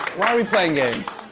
why are we playing games?